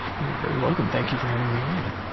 you're very welcome. thank you for having me on.